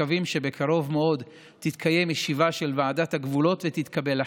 ומקווים שבקרוב מאוד תתקיים ישיבה של ועדת הגבולות ותתקבל החלטה.